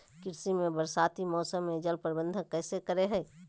कृषि में बरसाती मौसम में जल प्रबंधन कैसे करे हैय?